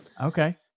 Okay